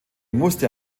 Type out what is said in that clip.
musste